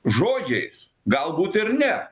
žodžiais galbūt ir ne